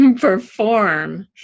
perform